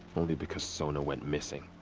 only because sona went missing.